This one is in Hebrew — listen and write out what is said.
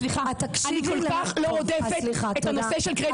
אני כל כך לא רודפת את הנושא של קרדיט.